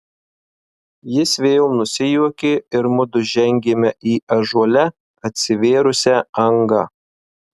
jis vėl nusijuokė ir mudu žengėme į ąžuole atsivėrusią angą